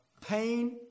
pain